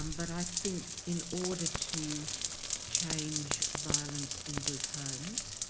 um but i think in order to change violence in group homes,